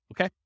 okay